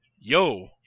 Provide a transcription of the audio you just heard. Yo